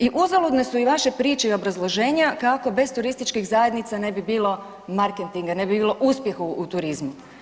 I uzaludne su i vaše priče i obrazloženja kako bez turističkih zajednica ne bi bilo marketinga, ne bi bilo uspjeha u turizmu.